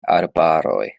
arbaroj